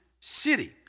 city